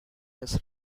his